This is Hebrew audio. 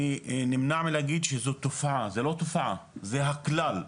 אני נמנע מלהגיד שזו תופעה, זו לא תופעה, זה הכלל.